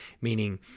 meaning